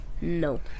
No